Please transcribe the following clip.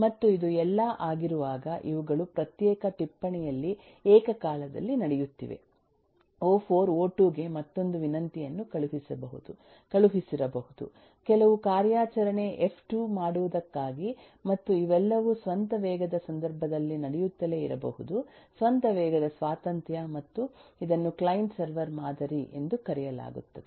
ಮತ್ತು ಇದು ಎಲ್ಲಾ ಆಗಿರುವಾಗ ಇವುಗಳು ಪ್ರತ್ಯೇಕ ಟಿಪ್ಪಣಿಯಲ್ಲಿ ಏಕಕಾಲದಲ್ಲಿ ನಡೆಯುತ್ತಿವೆ ಒ4 ಒ2 ಗೆ ಮತ್ತೊಂದು ವಿನಂತಿಯನ್ನು ಕಳುಹಿಸಿರಬಹುದು ಕೆಲವು ಕಾರ್ಯಾಚರಣೆ ಎಫ್2 ಮಾಡುವುದಕ್ಕಾಗಿ ಮತ್ತು ಇವೆಲ್ಲವೂ ಸ್ವಂತ ವೇಗದ ಸಂದರ್ಭದಲ್ಲಿ ನಡೆಯುತ್ತಲೇ ಇರಬಹುದು ಸ್ವಂತ ವೇಗದ ಸ್ವಾತಂತ್ರ್ಯ ಮತ್ತು ಇದನ್ನು ಕ್ಲೈಂಟ್ ಸರ್ವರ್ ಮಾದರಿ ಎಂದು ಕರೆಯಲಾಗುತ್ತದೆ